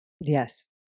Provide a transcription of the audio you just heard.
Yes